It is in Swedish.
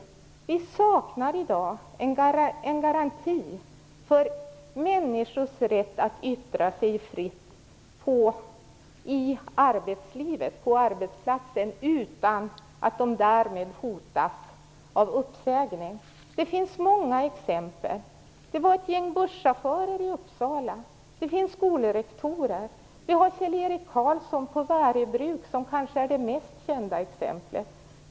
Vi saknar i dag en garanti för människors rätt att yttra sig fritt i arbetslivet och på arbetsplatsen utan att de därför hotas av uppsägning. Det finns många exempel på detta. Det finns ett gäng busschaufförer i Uppsala. Det finns skolrektorer. Vi har Kjell-Erik Karlsson på Värö Bruk, som kanske är det mest kända exemplet.